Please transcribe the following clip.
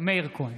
מאיר כהן,